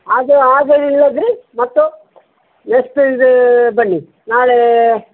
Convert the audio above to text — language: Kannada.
ಅದು ಆಗಲಿಲ್ಲದ್ರೆ ಮತ್ತೆ ನೆಕ್ಸ್ಟಿದು ಬನ್ನಿ ನಾಳೆ